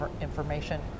information